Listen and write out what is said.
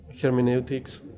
hermeneutics